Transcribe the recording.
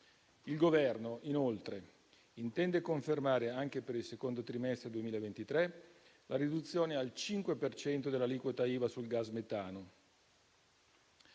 Il Governo intende poi confermare anche per il secondo trimestre 2023 la riduzione al 5 per cento dell'aliquota IVA sul gas metano